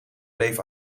bleef